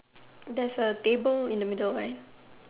there's a table in the middle right